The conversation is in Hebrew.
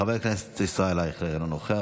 חבר הכנסת ישראל אייכלר, אינו נוכח.